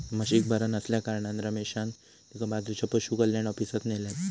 म्हशीक बरा नसल्याकारणान रमेशान तिका बाजूच्या पशुकल्याण ऑफिसात न्हेल्यान